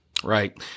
Right